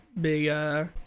big